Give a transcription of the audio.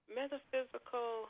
metaphysical